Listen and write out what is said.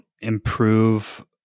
improve